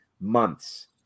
months